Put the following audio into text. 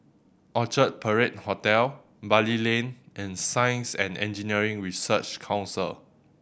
Orchard Parade Hotel Bali Lane and Science and Engineering Research Council